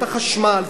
החשמל,